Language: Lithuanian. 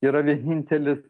yra vienintelis